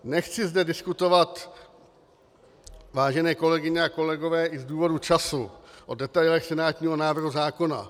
Nechci zde diskutovat, vážené kolegyně a kolegové, i z důvodu času o detailech senátního návrhu zákona.